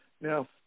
Now